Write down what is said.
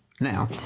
Now